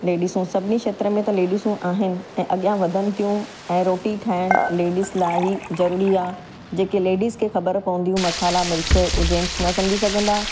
लेडिसूं सभिनी खेत्र में त लेडिसूं आहिनि ऐं अॻियां वधनि थियूं ऐं रोटी ठाहियणु लेडीस लाए ही जरूरी आहे जेके लेडीस खे ख़बर पवंदियूं मसाला मिर्च उहो जेंट्स न सम्झी सघंदा